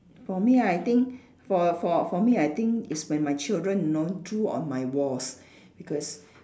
for me I think for for for me I think it's when my children you know drew on my walls because